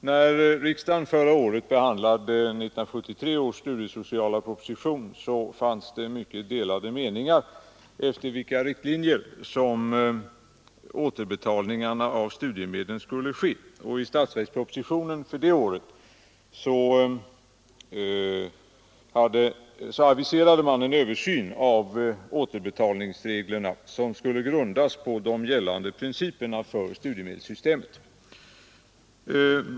Herr talman! När riksdagen förra året behandlade 1973 års studiesociala proposition fanns det mycket delade meningar efter vilka riktlinjer återbetalningarna av studiemedlen skulle ske. I statsverkspropositionen för det året aviserade man en översyn av återbetalningsreglerna som skulle grundas på de gällande principerna för studiemedelssystemet.